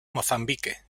mozambique